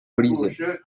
brise